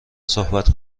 صحبت